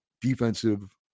defensive